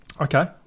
okay